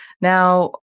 Now